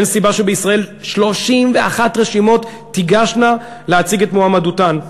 אין סיבה שבישראל 31 רשימות תיגשנה להציג את מועמדותן.